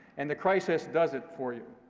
and the crisis does it for you.